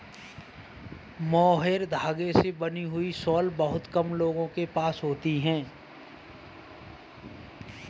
mohair धागे से बनी हुई शॉल बहुत कम लोगों के पास होती है